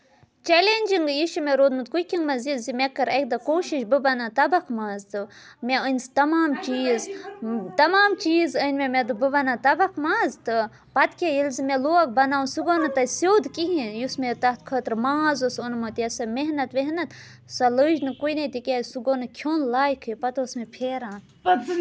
challenging یہِ چھُ مےٚ روٗدمُت کُکِنٛگ منٛز یہِ زِ مےٚ کٔر اَکہِ دۄہ کوٗشِش بہٕ بَناو تَبَکھ ماز تہٕ مےٚ أنۍ سُہ تَمام چیٖز تَمام چیٖز أنۍ مےٚ مےٚ دوٚپ بہٕ بَناو تَبَکھ ماز تہٕ پَتہٕ کیٛاہ ییٚلہِ زِ مےٚ لوگ بَناوُن سُہ گوٚو نہٕ تَتہِ سیٚود کِہیٖنٛۍ یُس مےٚ تَتھ خٲطرٕ ماز اوس اوٚنمُت یا سۄ محنت وحنت سۄ لٔج نہٕ کُنی تِکیٛازِ سُہ گوٚو نہٕ کھیٚون لایقٕے پَتہٕ اوس مےٚ پھیران